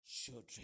children